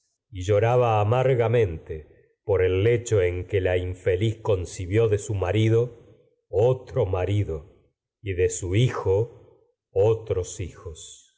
y lloraba amargamente su el lecho y en el su que la infeliz concibió de otros marido otro marido esto no de hijo hijos